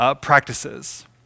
practices